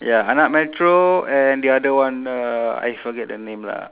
ya anak metro and the other one uh I forget the name lah